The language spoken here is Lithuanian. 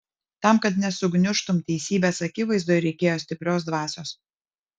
tam kad nesugniužtum teisybės akivaizdoj reikėjo stiprios dvasios